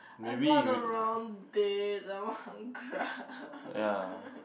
I bought the wrong date I want cry